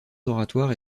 oratoires